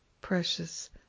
precious